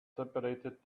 separated